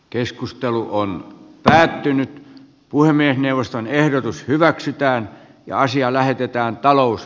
keskustelu on päättynyt puhemiesneuvoston ehdotus hyväksytään naisia lähetetään talous